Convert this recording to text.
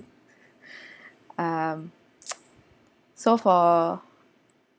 um so for